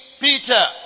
Peter